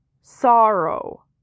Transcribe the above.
sorrow